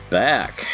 back